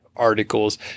articles